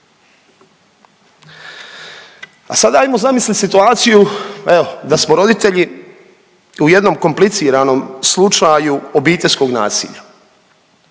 A sad ajmo zamislit situaciju, evo da smo roditelji u jednom kompliciranom slučaju obiteljskog nasilja.